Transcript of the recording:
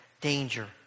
danger